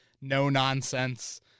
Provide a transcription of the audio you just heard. no-nonsense